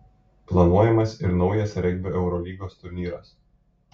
planuojamas ir naujas regbio eurolygos turnyras